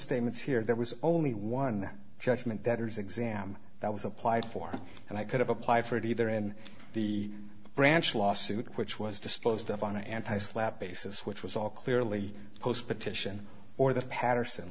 statements here there was only one judgment that is exam that was applied for and i could have applied for it either in the branch lawsuit which was disposed of on an anti slapp basis which was all clearly post petition or the patterson